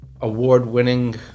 award-winning